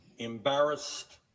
embarrassed